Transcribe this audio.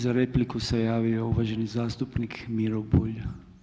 Za repliku se javio uvaženi zastupnik Miro Bulj.